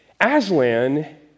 Aslan